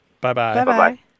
bye-bye